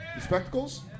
spectacles